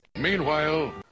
Meanwhile